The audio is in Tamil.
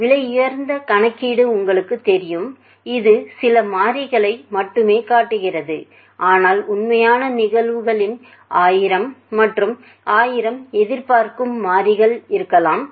விலையுயர்ந்த கணக்கீடு உங்களுக்குத் தெரியும் இது சில மாறிகளை மட்டுமே காட்டுகிறது ஆனால் உண்மையான நிகழ்வுகளில் 1000 மற்றும் 1000 எதிர்பார்க்கும் மாறிகள் இருக்கலாம்